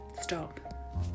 stop